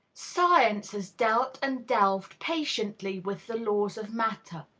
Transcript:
science has dealt and delved patiently with the laws of matter.